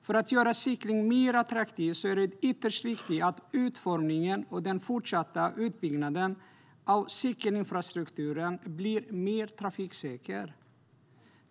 För att göra cykling mer attraktivt är det ytterst viktigt att utformningen och den fortsatta utbyggnaden av cykelinfrastrukturen blir mer trafiksäker.